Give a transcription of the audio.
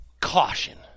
Caution